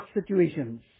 situations